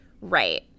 Right